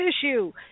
issue